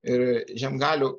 ir žiemgalių